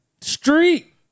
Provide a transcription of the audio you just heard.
Street